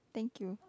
thank you